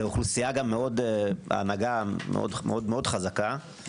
ההנהגה מאוד חזקה.